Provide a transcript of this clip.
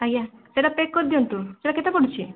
ଆଜ୍ଞା ସେଟା ପ୍ୟାକ୍ କରିଦିଅନ୍ତୁ ସେଟା କେତେ ପଡ଼ୁଛି